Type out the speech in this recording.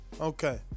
Okay